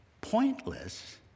pointless